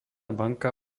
banka